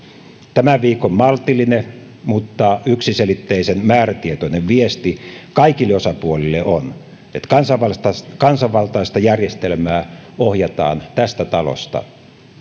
tämän viikon maltillinen mutta yksiselitteisen määrätietoinen viesti kaikille osapuolille on että kansanvaltaista kansanvaltaista järjestelmää ohjataan tästä talosta